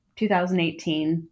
2018